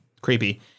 Creepy